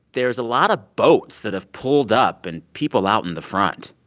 there is a lot of boats that have pulled up and people out in the front.